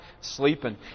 Sleeping